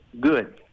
good